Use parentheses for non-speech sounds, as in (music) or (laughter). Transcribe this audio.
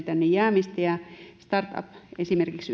(unintelligible) tänne jäämistä ja esimerkiksi (unintelligible)